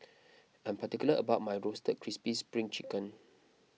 I am particular about my Roasted Crispy Spring Chicken